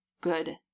good